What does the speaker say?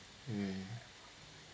mm